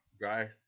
guy